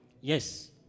Yes